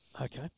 Okay